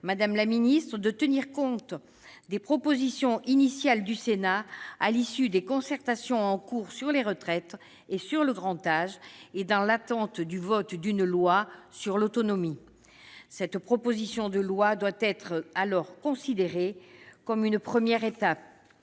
madame la secrétaire d'État- tenir compte des propositions initiales du Sénat à l'issue des concertations en cours sur les retraites et le grand âge -, dans l'attente du vote d'une loi sur l'autonomie. Cette proposition de loi doit être considérée comme une première étape.